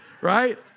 Right